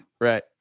right